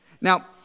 Now